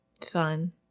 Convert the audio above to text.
fun